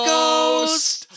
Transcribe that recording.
Ghost